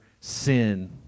sin